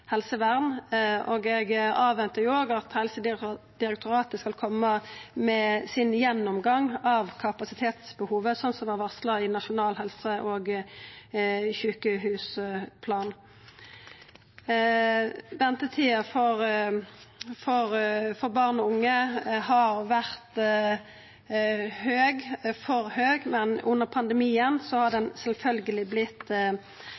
helsevern. Og eg avventar at Helsedirektoratet skal koma med gjennomgangen av kapasitetsbehovet, sånn som det er varsla i Nasjonal helse- og sjukehusplan. Ventetida for barn og unge har vore lang, for lang, men under pandemien har ho sjølvsagt vorte enda lengre. Det er bekymringsfullt når ein har